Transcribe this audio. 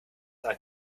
are